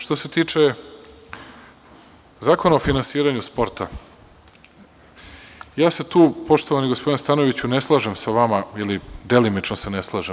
Što se tiče Zakona o finansiranju sporta, ja se tu, poštovani gospodine Stanojeviću, ne slažem sa vama ili se delimično ne slažem.